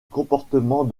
comportement